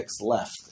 left